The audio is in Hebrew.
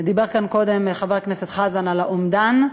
דיבר כאן קודם חבר הכנסת חזן על האומדן.